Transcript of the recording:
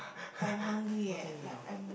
I am hungry eh like I'm